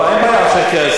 לא, אין בעיה של כסף.